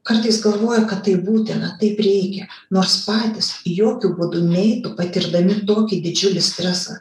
kartais galvoja kad tai būtina taip reikia nors patys jokiu būdu neitų patirdami tokį didžiulį stresą